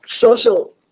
Social